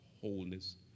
wholeness